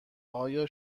آیا